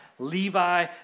Levi